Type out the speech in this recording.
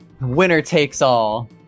Winner-takes-all